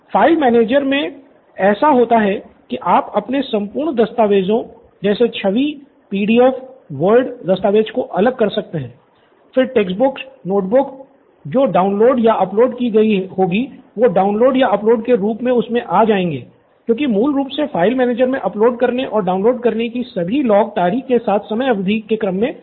student Siddharth file manager भी हो सकती है